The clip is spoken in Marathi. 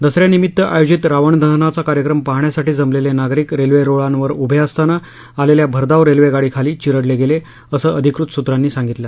दसऱ्यानिमित्त आयोजित रावणदहनाचा कार्यक्रम पाहण्यासाठी जमलेले नागरिक रेल्वेरुळांवर उभे असताना आलेल्या भरधाव रेल्वेगाडीखाली चिरडले गेले असं अधिकृत सूत्रांनी सांगितलं